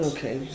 Okay